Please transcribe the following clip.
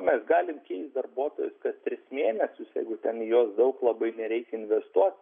mes galim keist darbuotojus kas tris mėnesius jeigu ten į juos daug labai nereikia investuot